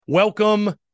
Welcome